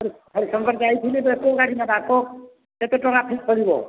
ହରି ହରିଶଙ୍କର ଯାଇଥିଲି ଦଶ ଥିଲା ବାଟ କେତେ ଟଙ୍କା ଫି ପଡ଼ିବ